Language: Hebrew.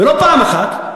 ולא פעם אחת,